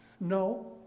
no